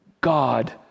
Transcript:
God